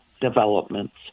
developments